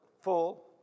Full